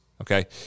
okay